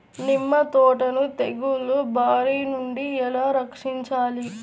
నిమ్మ తోటను తెగులు బారి నుండి ఎలా రక్షించాలి?